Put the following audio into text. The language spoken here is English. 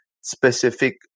specific